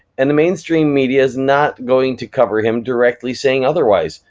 and the mainstream media is not going to cover him directly saying otherwise,